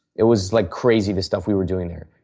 it was like crazy the stuff we were doing there.